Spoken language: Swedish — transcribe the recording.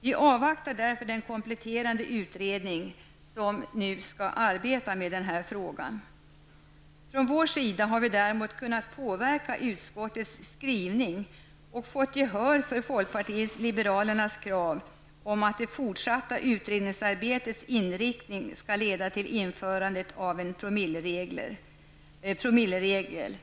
Vi avvaktar därför den kompletterande utredning som skall arbeta med frågan. Från vår sida har vi däremot kunnat påverka utskottets skrivning och fått gehör för folkpartiet liberalernas krav om att det fortsatta utredningsarbetets inriktning skall leda till införande av en promilleregel.